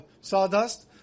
sawdust